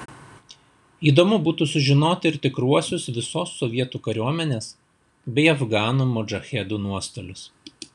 įdomu būtų sužinoti ir tikruosius visos sovietų kariuomenės bei afganų modžahedų nuostolius